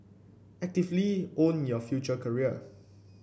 actively own your future career